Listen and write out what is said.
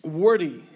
wordy